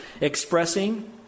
expressing